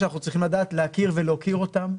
אני חושב שאנחנו צריכים לדעת להכיר ולהוקיר אותם.